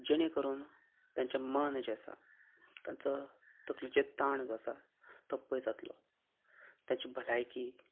जेणे करून तांचें मन जें आसा तांचो तकलेचेर ताण जो आसा तो पयस जातलो तांची भलायकी